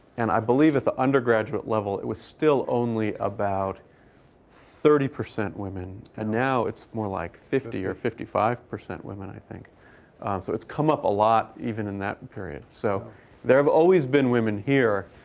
and i believe at the undergraduate level, it was still only about thirty percent women. and now it's more like fifty percent or fifty five percent women, i think. so it's come up a lot even in that period. so there have always been women here,